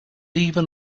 even